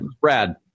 Brad